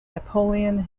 napoleon